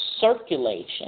circulation